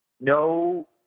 no